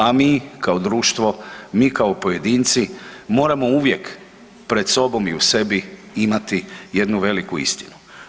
A mi kao društvo, mi kao pojedinci moramo uvijek pred sobom i u sebi imati jednu veliku istinu.